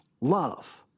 love